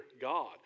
God